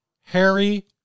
Harry